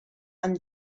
amb